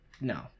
No